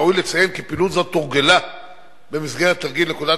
ראוי לציין כי פעילות זו תורגלה במסגרת תרגיל "נקודת